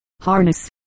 harness